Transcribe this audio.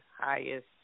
highest